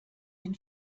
den